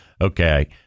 okay